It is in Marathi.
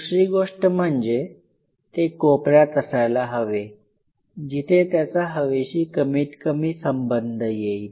दुसरी गोष्ट म्हणजे ते कोपऱ्यात असायला हवे जिथे त्याचा हवेशी कमीत कमी संबंध येईल